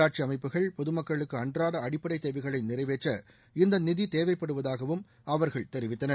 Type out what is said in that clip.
உள்ளாட்சி அமைப்புகள் பொதுமக்களுக்கு அன்றாட அடிப்படைத் தேவைகளை நிறைவேற்ற இந்த நிதி தேவைப்படுவதாகவும் அவர்கள் தெரிவித்தனர்